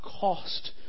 cost